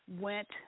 went